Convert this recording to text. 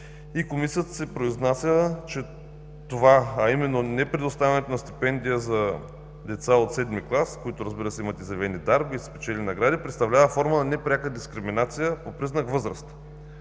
Комисията се произнася, че непредоставянето на стипендия за деца от VII клас, които, разбира се, имат изявени дарби и са спечелили награди, представлява форма на непряка дискриминация по признак възраст.